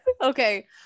Okay